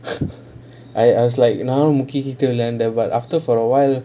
I I was like நானும் முக்கிகிட்டு விளையாடிட்டு இருந்தேன்:naanum mukkikitu vilaiyaadittu irunthaen after for awhile